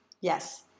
Yes